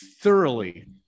thoroughly